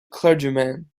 clergyman